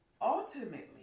ultimately